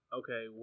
okay